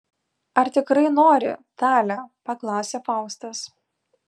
ar tikrai nori tale paklausė faustas